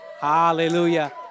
Hallelujah